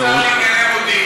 יש שר לענייני מודיעין,